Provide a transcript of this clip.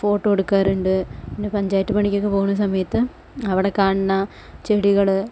photo എടുക്കാറുണ്ട് പിന്നെ പഞ്ചായത്ത് പണിക്കൊക്കെ പോകുന്ന സമയത്ത് അവിടെ കാണുന്ന ചെടികള്